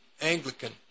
Anglican